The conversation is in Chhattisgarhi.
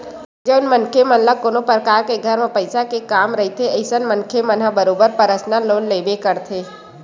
जउन मनखे मन ल कोनो परकार के घर म पइसा के काम रहिथे अइसन मनखे मन ह बरोबर परसनल लोन लेबे करथे